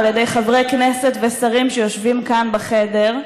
ועל ידי חברי כנסת ושרים שיושבים כאן בחדר.